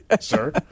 sir